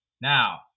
Now